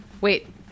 Wait